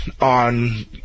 on